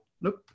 Nope